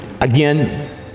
again